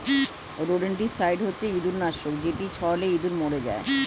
rodenticide হচ্ছে ইঁদুর নাশক যেটি ছড়ালে ইঁদুর মরে যায়